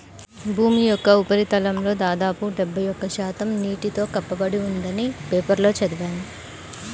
భూమి యొక్క ఉపరితలంలో దాదాపు డెబ్బై ఒక్క శాతం నీటితో కప్పబడి ఉందని పేపర్లో చదివాను